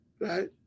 right